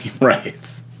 Right